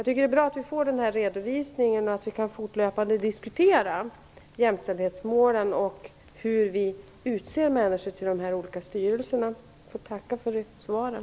Det är bra att vi får en redovisning så att vi fortlöpande kan diskutera jämställdhetsmålen och hur människor till de olika styrelserna utses. Jag får tacka för svaren.